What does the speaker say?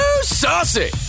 saucy